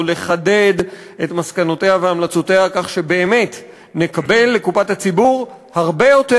לחדד את מסקנותיה והמלצותיה כך שבאמת נקבל לקופת הציבור הרבה יותר.